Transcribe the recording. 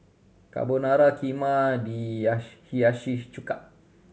Carbonara Kheema Hiyashi Chuka